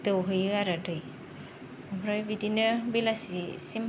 दौहैयो आरो दै ओमफ्राय बिदिनो बेलासि सिम